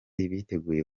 biteguye